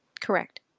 Correct